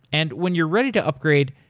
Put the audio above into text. and when you're ready to upgrade,